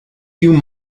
hugh